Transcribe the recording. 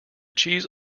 cheese